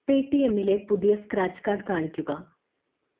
പേ ടി എംമിലെ പുതിയ സ്ക്രാച്ച് കാർഡ് കാണിക്കുക